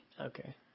Okay